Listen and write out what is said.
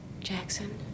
Jackson